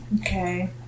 Okay